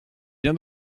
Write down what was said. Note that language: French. bien